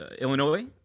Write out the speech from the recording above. illinois